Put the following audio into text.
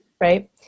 Right